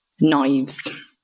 knives